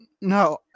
No